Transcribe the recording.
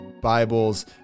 Bibles